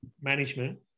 management